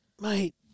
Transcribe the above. mate